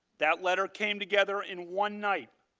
that letter came together in one night.